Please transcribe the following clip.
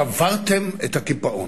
שברתם את הקיפאון.